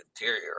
interior